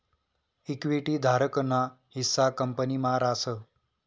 equity धारक ना हिस्सा कंपनी मा रास